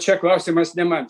čia klausimas ne man